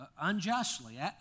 unjustly